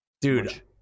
dude